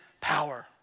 power